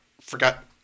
forgot